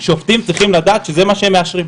שופטים צריכים לדעת שזה מה שהם מאשרים.